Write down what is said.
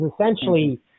essentially